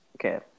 Okay